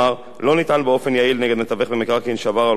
לא ניתן לפעול באופן יעיל נגד מתווך במקרקעין שעבר על הוראות החוק,